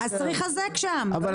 זה לא